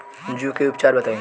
जूं के उपचार बताई?